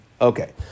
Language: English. Okay